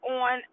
on